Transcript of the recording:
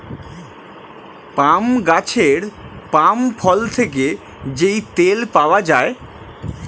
পাম গাছের পাম ফল থেকে যেই তেল পাওয়া যায়